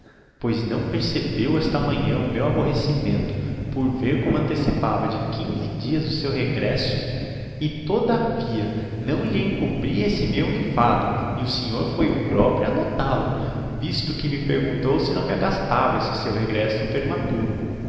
pois não percebeu esta manhã o meu aborrecimento por ver como antecipava de quinze dias o seu regresso e todavia não lhe encobri esse meu enfado e o senhor foi o proprio a notál o visto que me perguntou se me não agastava este seu regresso